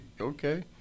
Okay